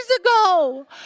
ago